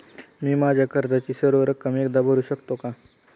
मी माझ्या कर्जाची सर्व रक्कम एकदा भरू शकतो का?